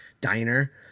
diner